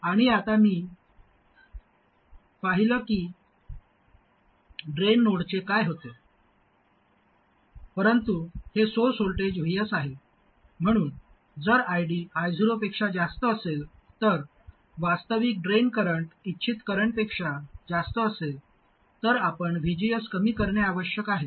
आणि आता मी पाहिल कि ड्रेन नोडचे काय होते परंतु हे सोर्स व्होल्टेज Vs आहे म्हणून जर ID I0 पेक्षा जास्त असेल तर वास्तविक ड्रेन करंट इच्छित करंटपेक्षा जास्त असेल तर आपण VGS कमी करणे आवश्यक आहे